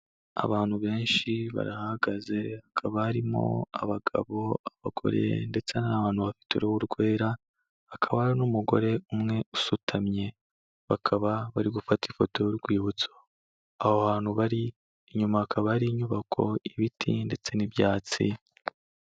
Abantu benshi barahagaze hakabamo abagabo, abagore ndetse n'abantu bafite uruhu rwera akaba hari n'umugore umwe usutamye bakaba bari gufata ifoto y'urwibutso, aho hantu bari inyuma hakaba ari inyubako, ibiti, ndetse n'ibyatsi.